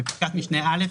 - בפסקת משנה (א),